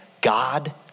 God